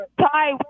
Ty